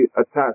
attached